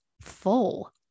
full